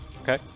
Okay